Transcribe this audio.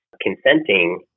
consenting